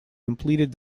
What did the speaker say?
completed